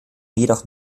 jedoch